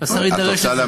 והשר יידרש לזה.